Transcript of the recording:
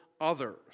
others